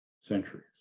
centuries